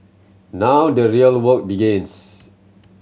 now the real work begins